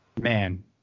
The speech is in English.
Man